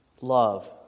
Love